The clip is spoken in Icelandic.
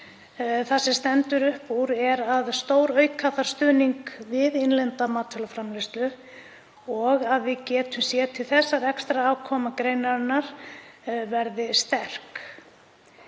Það sem stendur upp úr er að stórauka þarf stuðning við innlenda matvælaframleiðslu og að við getum séð til þess rekstrarafkoma greinarinnar verði sterk.